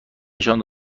نشان